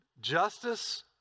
justice